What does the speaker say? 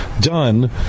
done